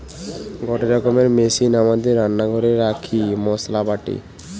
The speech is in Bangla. গটে রকমের মেশিন আমাদের রান্না ঘরে রাখি মসলা বাটে